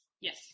Yes